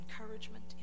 encouragement